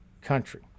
country